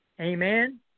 Amen